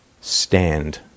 stand